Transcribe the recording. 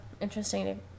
interesting